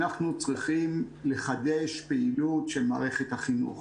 אנחנו צריכים לחדש את פעילות מערכת החינוך